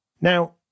Now